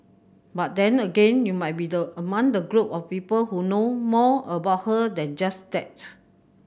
but then again you might be the among the group of people who know more about her than just that